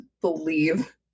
believe